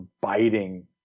biting